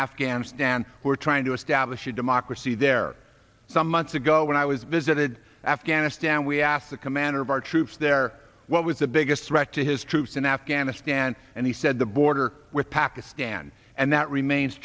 afghanistan who are trying to establish a democracy there some months ago when i was visited afghanistan we asked the commander of our troops there what was the biggest threat to his troops in afghanistan and he said the border with pakistan and that remains